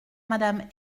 madame